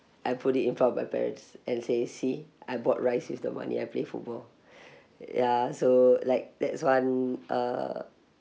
I put it in front of my parents and say see I bought rice with the money I play football ya so like that's one uh